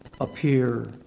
appear